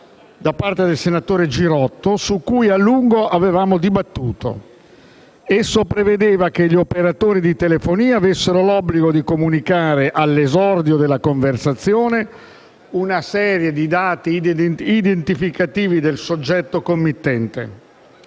dal senatore Girotto, su cui a lungo avevamo dibattuto. Esso prevedeva che gli operatori di telefonia avessero l'obbligo di comunicare all'esordio della conversazione una serie di dati identificativi del soggetto committente